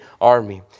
army